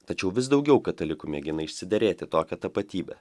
tačiau vis daugiau katalikų mėgina išsiderėti tokią tapatybę